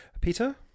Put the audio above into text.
peter